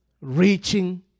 reaching